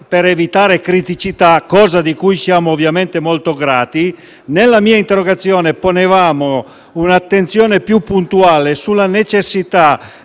per evitare criticità, cosa di cui siamo ovviamente molto grati. Nella mia interrogazione ponevamo un'attenzione più puntuale sulla necessità